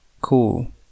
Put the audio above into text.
Cool